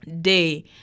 day